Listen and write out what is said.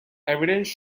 evidence